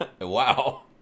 wow